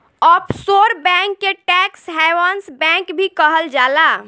offshore bank के tax havens bank भी कहल जाला